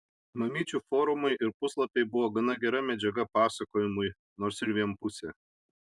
mamyčių forumai ir puslapiai buvo gana gera medžiaga pasakojimui nors ir vienpusė